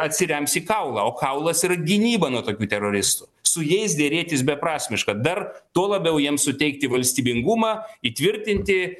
atsirems į kaulą o kaulas yra gynyba nuo tokių teroristų su jais derėtis beprasmiška dar tuo labiau jiem suteikti valstybingumą įtvirtinti